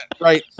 right